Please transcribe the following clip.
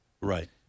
Right